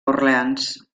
orleans